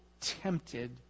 tempted